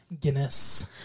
Guinness